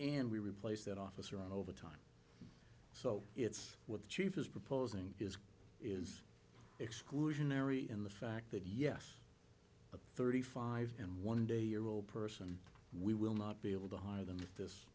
and we replace that officer over time so it's what the chief is proposing is is exclusionary in the fact that yes a thirty five and one day year old person we will not be able to hire them this